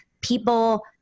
people